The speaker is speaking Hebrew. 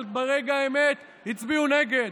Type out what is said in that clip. אבל ברגע האמת הצביעו נגד.